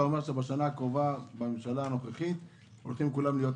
שבשנה הקרובה ובממשלה הנוכחית כולם הולכים להיות עשירים.